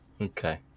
Okay